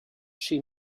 she